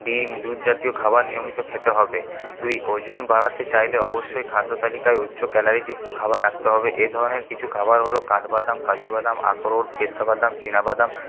ডিম দুধজাতীয় খাবার নিয়মিত খেতে হবে দুই ওজন বাড়াতে চাইলে অবশ্যই খাদ্য তালিকায় উচ্চ ক্যালারিযুক্ত খাবার রাখতে হবে এ ধরণের কিছু খাবার হল কাঠবাদাম কাজু বাদাম আখরোট পেস্তা বাদাম চীনা বাদাম